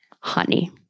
honey